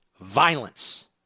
violence